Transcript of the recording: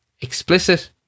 explicit